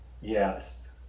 Yes